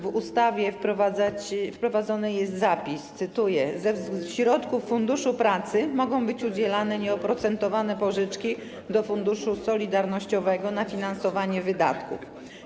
W ustawie wprowadzony jest zapis, cytuję: „Ze środków Funduszu Pracy mogą być udzielane nieoprocentowane pożyczki do Funduszu Solidarnościowego na finansowanie wydatków”